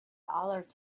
alert